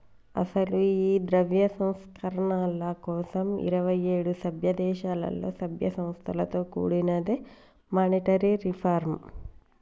అసలు ఈ ద్రవ్య సంస్కరణల కోసం ఇరువైఏడు సభ్య దేశాలలో సభ్య సంస్థలతో కూడినదే మానిటరీ రిఫార్మ్